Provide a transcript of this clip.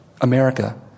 America